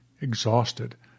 exhausted